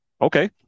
Okay